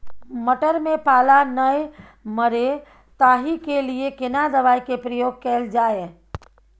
मटर में पाला नैय मरे ताहि के लिए केना दवाई के प्रयोग कैल जाए?